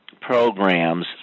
programs